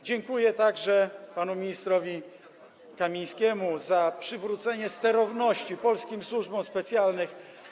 Dziękuję także panu ministrowi Kamińskiemu za przywrócenie sterowności polskim służbom specjalnym.